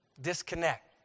disconnect